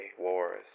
wars